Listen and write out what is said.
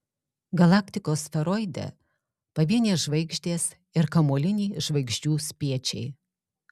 galaktikos sferoide pavienės žvaigždės ir kamuoliniai žvaigždžių spiečiai